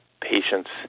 patients